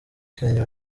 kanye